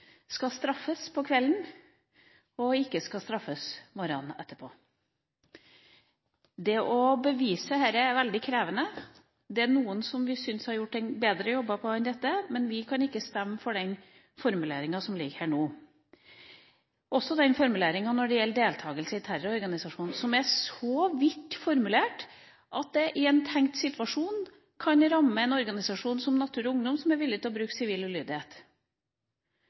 skal straffes på kvelden og ikke skal straffes morgenen etter. Det å bevise dette er veldig krevende. Noen er det gjort en bedre jobb på enn denne, men vi kan ikke stemme for den formuleringa som nå ligger her. Det gjelder også den formuleringa som går på deltakelse i terrororganisasjon. Den er så vidt formulert at den i en tenkt situasjon kan ramme en organisasjon som Natur og Ungdom, som er villig til å bruke sivil ulydighet.